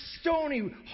stony